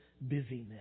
busyness